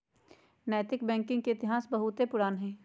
नैतिक बैंकिंग के इतिहास बहुते पुरान हइ